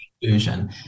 inclusion